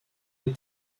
les